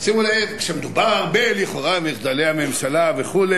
שימו לב כשמדובר הרבה לכאורה על מחדלי הממשלה וכו',